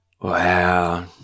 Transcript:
Wow